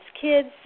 kids